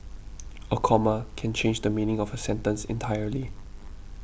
a comma can change the meaning of a sentence entirely